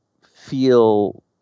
feel